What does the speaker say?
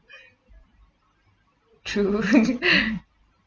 true